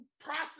process